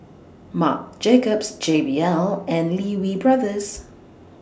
Marc Jacobs J B L and Lee Wee Brothers